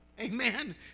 Amen